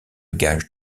gage